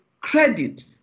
credit